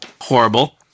horrible